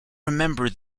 remember